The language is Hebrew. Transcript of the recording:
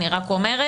אני רק אומרת.